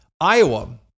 Iowa